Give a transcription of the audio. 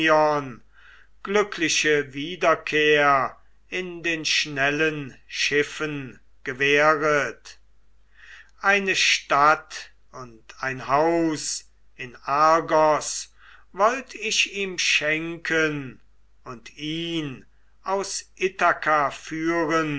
glückliche wiederkehr in den schnellen schiffen gewähret eine stadt und ein haus in argos wollt ich ihm schenken und ihn aus ithaka führen